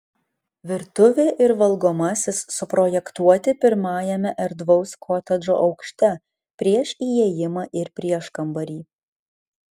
virtuvė ir valgomasis suprojektuoti pirmajame erdvaus kotedžo aukšte prieš įėjimą ir prieškambarį